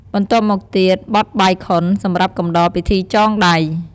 បន្ទាប់មកទៀត បទបាយខុន សម្រាប់កំដរពិធីចងដៃ។